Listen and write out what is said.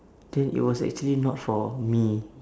then it was actually not for me